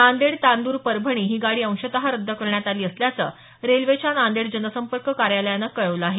नांदेड तांदूर परभणी ही गाडी अंशत रद्द करण्यात आली असल्याचं रेल्वेच्या नांदेड जनसंपर्क कार्यालयान कळवलं आहे